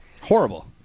Horrible